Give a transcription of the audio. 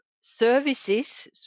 services